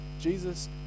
Jesus